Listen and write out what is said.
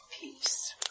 peace